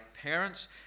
parents